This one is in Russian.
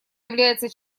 является